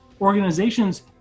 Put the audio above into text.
organizations